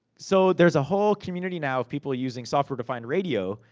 so, there's a whole community now of people using software to find radio,